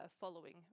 following